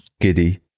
giddy